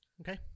Okay